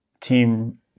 team